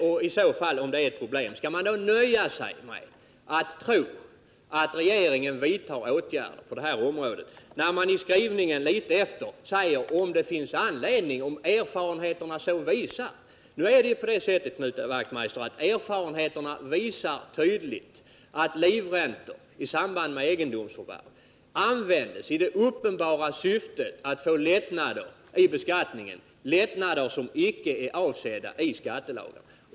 Om man anser att det är ett problem, skall man då nöja sig med att tro att regeringen vidtar åtgärder, när man i utskottsskrivningen litet längre fram säger ”om de praktiska erfarenheterna motiverar detta”? Nu är det på det sättet, Knut Wachtmeister, att erfarenheterna tydligt visar att livräntor i samband med egendomsöverlåtelser används i det uppenbara syftet att få lättnader i beskattningen, lättnader som icke är avsedda i skattelagen.